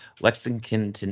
lexington